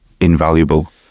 invaluable